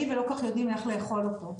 ולא כל כך יודעים איך לאכול אותו.